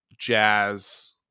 jazz